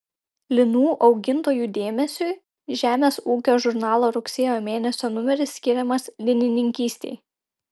linų augintojų dėmesiui žemės ūkio žurnalo rugsėjo mėnesio numeris skiriamas linininkystei